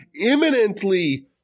imminently